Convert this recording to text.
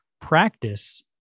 practice